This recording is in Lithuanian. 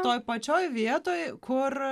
toj pačioj vietoj kur